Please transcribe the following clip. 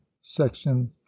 Section